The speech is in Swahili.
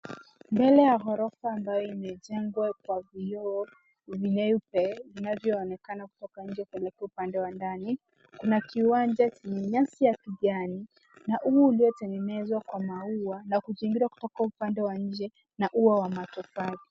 Mbele ya ghorofa ambayo imejengwa kwa vioo vyeupe vinavyoonekana kutoka nje kuelekea upande wa ndani. Kuna kiwanja chenye nyasi ya kijani na umbo uliotengenezwa kwa mau na kuzingirwa kutoka upande wa nje na ua wa matofali.